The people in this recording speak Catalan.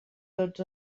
tots